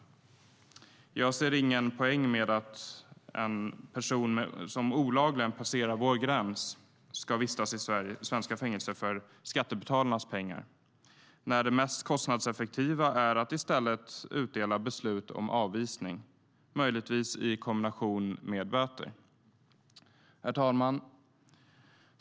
Jag ser ingen poäng med att en person som olagligen passerar vår gräns ska vistas i svenska fängelser för skattebetalarnas pengar. Det kostnadseffektivaste är i stället att fatta beslut om avvisning, möjligtvis i kombination med böter. Herr talman!